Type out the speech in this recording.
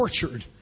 tortured